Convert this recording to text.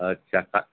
અચ્છા હા